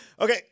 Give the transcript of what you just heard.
Okay